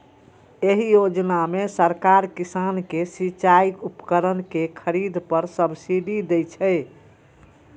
एहि योजना मे सरकार किसान कें सिचाइ उपकरण के खरीद पर सब्सिडी दै छै